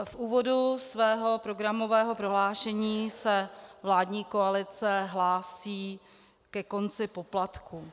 V úvodu svého programového prohlášení se vládní koalice hlásí ke konci poplatků.